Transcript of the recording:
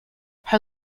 her